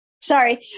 sorry